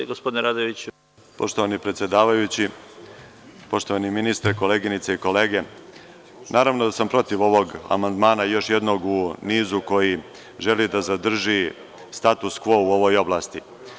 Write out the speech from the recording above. Poštovani predsedavajući, poštovani ministre, koleginice i kolege, naravno da sam protiv ovog amandmana, još jednog u nizu koji želi da zadrži status kvo u ovoj oblasti.